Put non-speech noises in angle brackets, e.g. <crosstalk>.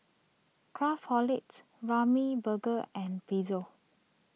Craftholic <unintelligible> Ramly Burger and Pezzo